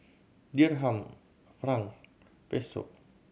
Dirham Franc Peso